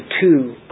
two